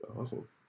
Awesome